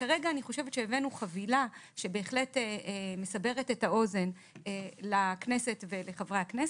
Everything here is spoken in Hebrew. כרגע אני חושבת שהבאנו חבילה שבהחלט מסברת את האוזן לכנסת ולחברי הכנסת,